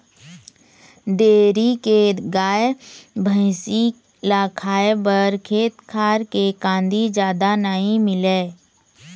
dairy के गाय, भइसी ल खाए बर खेत खार के कांदी जादा नइ मिलय